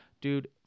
dude